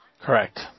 Correct